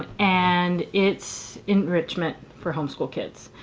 and it's enrichment for homeschool kids.